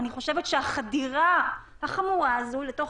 אני חושבת שהחדירה החמורה הזו לתוך